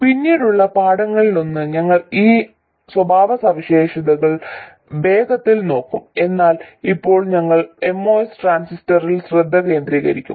പിന്നീടുള്ള പാഠങ്ങളിലൊന്ന് ഞങ്ങൾ ആ സ്വഭാവവിശേഷങ്ങൾ വേഗത്തിൽ നോക്കും എന്നാൽ ഇപ്പോൾ ഞങ്ങൾ MOS ട്രാൻസിസ്റ്ററിൽ ശ്രദ്ധ കേന്ദ്രീകരിക്കും